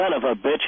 son-of-a-bitch